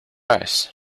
ice